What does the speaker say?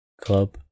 club